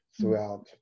throughout